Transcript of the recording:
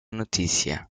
notícia